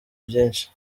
byinshi